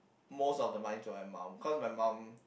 most of the money to my mum cause my mum